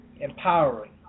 empowering